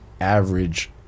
average